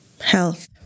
Health